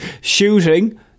Shooting